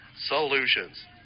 solutions